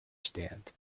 stand